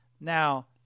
Now